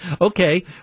Okay